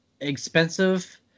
expensive